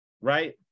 right